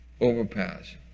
Overpass